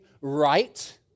right